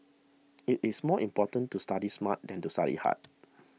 it is more important to study smart than to study hard